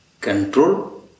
control